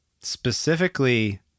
specifically